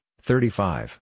thirty-five